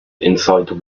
inside